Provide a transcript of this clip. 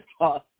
awesome